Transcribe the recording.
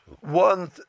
One